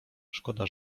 szkoda